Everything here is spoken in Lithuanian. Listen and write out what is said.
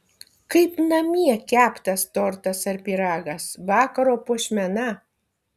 kaip namie keptas tortas ar pyragas vakaro puošmena